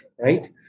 right